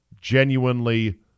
genuinely